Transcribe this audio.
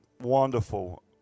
wonderful